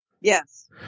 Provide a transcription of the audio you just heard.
Yes